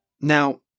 Now